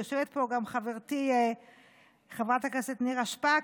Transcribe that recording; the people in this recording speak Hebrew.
יושבת פה גם חברתי חברת הכנסת נירה שפק,